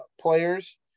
players